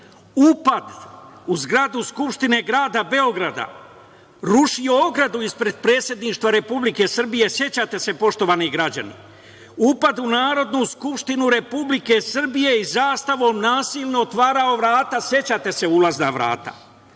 upad u zgradu Skupštine grada Beograda, rušio ogradu ispred Predsedništva Republike Srbije, sećate se, poštovani građani? Upad u Narodnu skupštinu Republike Srbije i zastavom nasilno otvarao vrata, ulazna vrata,